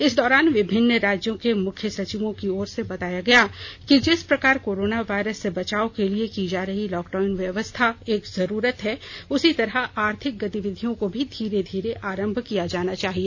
इस दौरान विभिन्न राज्यों के मुख्य सचिवों की ओर से बताया गया कि जिस प्रकार कोरोना वायरस से बचाव के लिए की जा रही लॉकडाउन व्यवस्था एक जरूरत है उसी तरह आर्थिक गतिविधियों को भी धीरे धीरे आरंभ किया जाना चाहिए